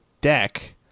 deck